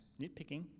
nitpicking